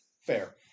Fair